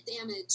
damage